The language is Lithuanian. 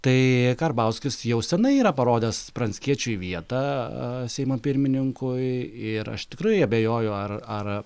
tai karbauskis jau senai yra parodęs pranckiečiui vietą seimo pirmininkui ir aš tikrai abejoju ar ar